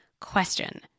question